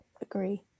agree